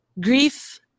grief